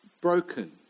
broken